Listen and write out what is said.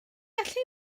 gallu